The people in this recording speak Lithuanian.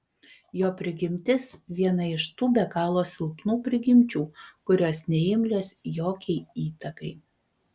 jo prigimtis viena iš tų be galo silpnų prigimčių kurios neimlios jokiai įtakai